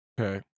Okay